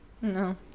No